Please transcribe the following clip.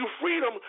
freedom